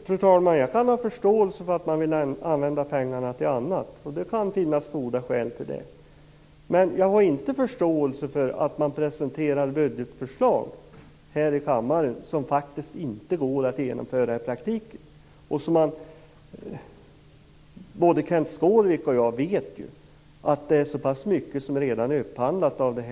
Fru talman! Jag kan ha förståelse för att man vill använda pengarna till annat. Det kan finnas goda skäl till det. Men jag har inte förståelse för att man presenterar budgetförslag här i kammaren som faktiskt inte går att genomföra i praktiken. Både Kenth Skårvik och jag vet ju att det är så pass mycket som redan är upphandlat av detta.